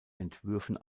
entwürfen